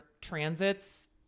transits